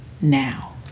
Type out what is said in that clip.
now